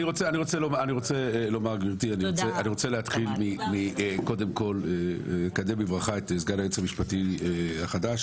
אני רוצה קודם כל לקדם בברכה את סגן היועץ המשפטי החדש,